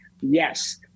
yes